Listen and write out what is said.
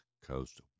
Coast